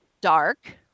dark